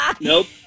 Nope